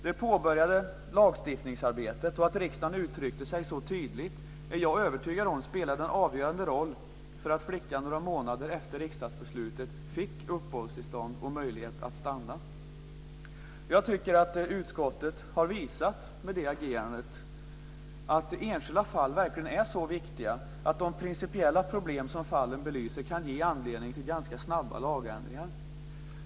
Det påbörjade lagstiftningsarbetet, och att riksdagen uttryckte sig så tydligt, är jag övertygad om spelade en avgörande roll för att flickan några månader efter riksdagsbeslutet fick uppehållstillstånd och möjlighet att stanna. Jag tycker att utskottet med det agerandet har visat att enskilda fall verkligen är så viktiga att de principiella problem som fallen belyser kan ge anledning till ganska snabba lagändringar.